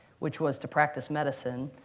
which was to practice medicine,